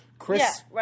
Chris